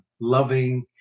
loving